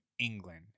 England